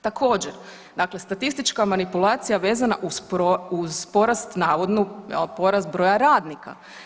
Također, statistička manipulacija vezana uz porast navodnu porast broja radnika.